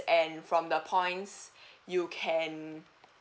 and from the points you can